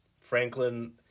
Franklin